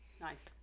Nice